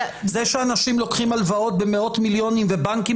זה שאנשים לוקחים הלוואות במאות מיליונים ובנקים